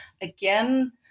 again